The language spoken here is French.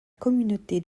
communauté